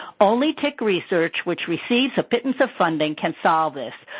only tick research, which receives a pittance of funding, can solve this.